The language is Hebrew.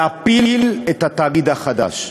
להפיל את התאגיד החדש.